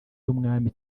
n’umwami